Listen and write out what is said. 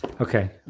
Okay